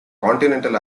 continental